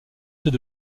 ceux